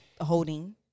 holding